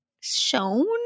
shown